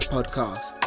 Podcast